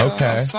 Okay